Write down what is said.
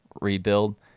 rebuild